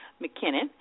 McKinnon